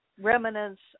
remnants